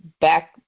back